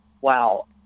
wow